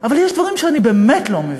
אבל יש דברים שאני באמת לא מבינה: